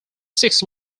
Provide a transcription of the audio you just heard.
six